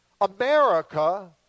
America